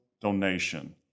donation